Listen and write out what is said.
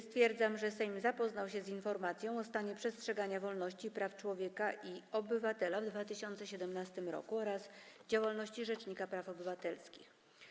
Stwierdzam, że Sejm zapoznał się z informacją o stanie przestrzegania wolności i praw człowieka i obywatela w 2017 r. oraz o działalności rzecznika praw obywatelskich.